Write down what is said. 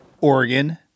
Oregon